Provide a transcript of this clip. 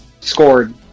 scored